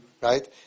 right